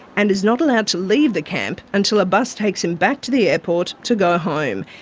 and is not allowed to leave the camp until a bus takes him back to the airport to go home.